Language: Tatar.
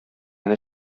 генә